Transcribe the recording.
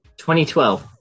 2012